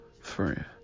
friend